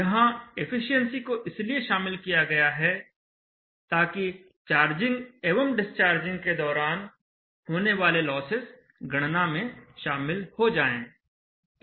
यहाँ एफिशिएंसी को इसलिए शामिल किया गया है ताकि चार्जिंग एवं डिस्चार्जिंग के दौरान होने वाले लॉसेस गणना में शामिल हो जाएं